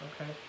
Okay